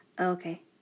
Okay